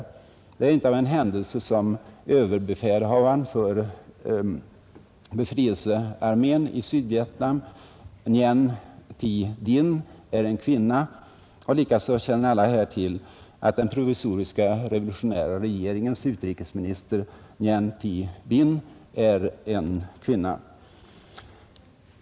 Det är inte av en händelse som överbefälhavaren för befrielsearmén i Sydvietnam Nguyen Thi Dinh är kvinna. Likaså känner alla här till att den provisoriska revolutionära regeringens utrikesminister Nguyen Thi Binh är en kvinna.